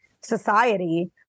society